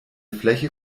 fläche